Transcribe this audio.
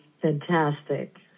Fantastic